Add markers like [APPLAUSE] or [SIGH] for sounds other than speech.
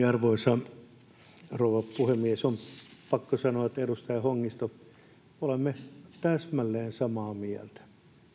[UNINTELLIGIBLE] arvoisa rouva puhemies on pakko sanoa edustaja hongisto että olemme täsmälleen samaa mieltä